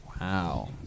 Wow